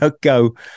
go